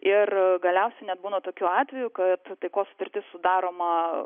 ir galiausiai net būna tokių atvejų kad taikos sutartis sudaroma